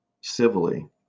civilly